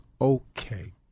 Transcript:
Okay